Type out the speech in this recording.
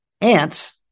Ants